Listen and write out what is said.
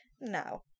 Now